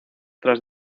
tras